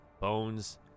bones